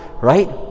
right